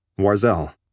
Warzel